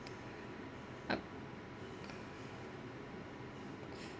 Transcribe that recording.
um